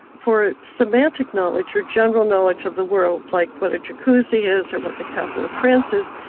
for semantic knowledge or general knowledge of the world, like what a jacuzzi is or what the capital of france is,